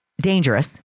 dangerous